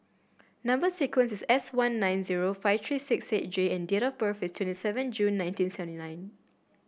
number sequence is S one nine zero five three six eight J and date of birth is twenty seven June nineteen seventy nine